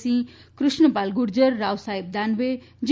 સિંહ Krishnapal Gurjar Raosaheb Danve જી